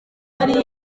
kitoko